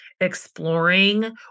exploring